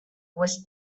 was